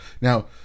now